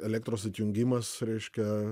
elektros atjungimas reiškia